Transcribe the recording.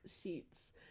sheets